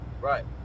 right